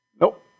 Nope